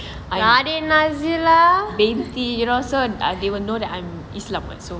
binte roson they will know that I'm islam [what] so